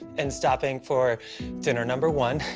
and stopping for dinner number one,